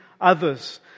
Others